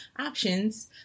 options